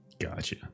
Gotcha